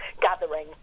gathering